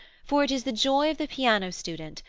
for it is the joy of the piano student,